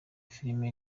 filime